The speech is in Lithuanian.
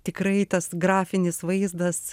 tikrai tas grafinis vaizdas